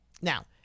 Now